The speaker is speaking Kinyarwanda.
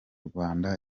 rwanda